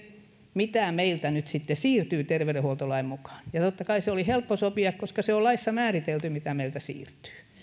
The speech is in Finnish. mitä meiltä nyt sitten siirtyy terveydenhuoltolain mukaan ja totta kai se oli helppo sopia koska se on laissa määritelty mitä meiltä siirtyy